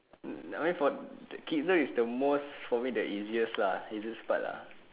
I mean for the kids zone is the most for me the easiest lah easiest part lah